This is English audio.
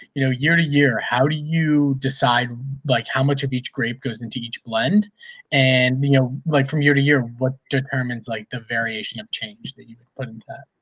you know year to year, how do you decide like how much of each grape goes into each blend and like from year to year, what determines like the variation of change that you've put into that?